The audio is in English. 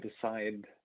decide